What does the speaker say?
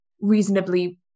reasonably